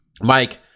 Mike